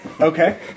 Okay